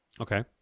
Okay